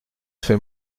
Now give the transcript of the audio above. fait